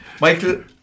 Michael